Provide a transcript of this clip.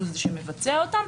הוא זה שמבצע אותן,